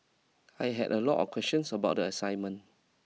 I had a lot of questions about the assignment